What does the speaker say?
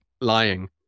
lying